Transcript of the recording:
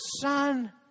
son